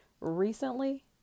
recently